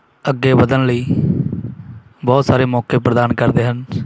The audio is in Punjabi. ਅੱਗੇ ਵਧਣ ਲਈ ਬਹੁਤ ਸਾਰੇ ਮੌਕੇ ਪ੍ਰਦਾਨ ਕਰਦੇ ਹਨ